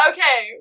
Okay